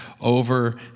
over